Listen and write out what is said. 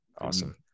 Awesome